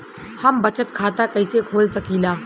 हम बचत खाता कईसे खोल सकिला?